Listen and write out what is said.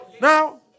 Now